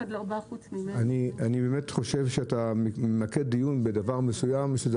אני באמת חושב שאתה ממקד דיון בדבר מסוים שיש בזה